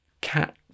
Cat